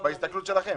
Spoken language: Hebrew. על פי ההסתכלות שלכם?